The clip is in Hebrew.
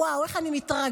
וואו, איך אני מתרגשת.